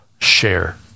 share